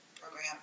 Program